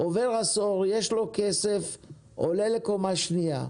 כשעובר עשור, יש לו כסף והוא עולה לקומה שנייה.